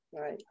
Right